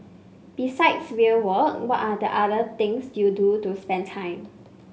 besides real work what are the other things you do to spend time